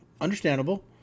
Understandable